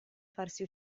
farsi